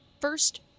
first